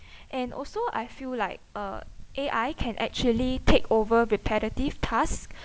and also I feel like uh A_I can actually take over repetitive task